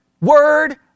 word